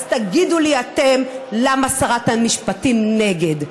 אז תגידו לי אתם למה שרת המשפטים נגד.